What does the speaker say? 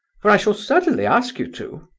for i shall certainly ask you to.